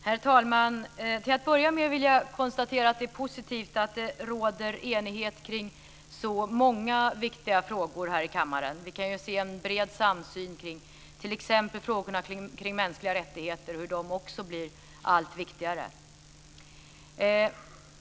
Herr talman! Till att börja med vill jag konstatera att det är positivt att det råder enighet kring så många viktiga frågor här i kammaren. Vi kan se en bred samsyn t.ex. kring frågorna om mänskliga rättigheter; de frågorna blir också allt viktigare.